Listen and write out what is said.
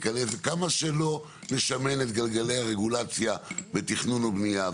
כמה שלא נשמן את גלגלי הרגולציה בתכנון ובנייה,